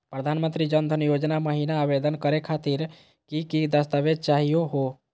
प्रधानमंत्री जन धन योजना महिना आवेदन करे खातीर कि कि दस्तावेज चाहीयो हो?